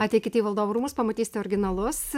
ateikit į valdovų rūmus pamatysite originalus